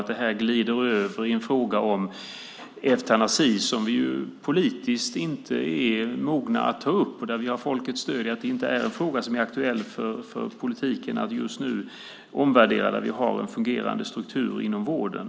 Det är en fråga som vi politiskt inte är mogna att ta upp. Vi har folkets stöd i att det inte är en fråga som är aktuell för politiken att omvärdera, och vi har en fungerande struktur inom vården.